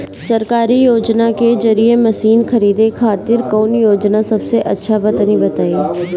सरकारी योजना के जरिए मशीन खरीदे खातिर कौन योजना सबसे अच्छा बा तनि बताई?